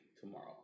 tomorrow